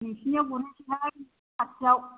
नोंसिनियाव गुरहैसै खाथियाव